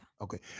Okay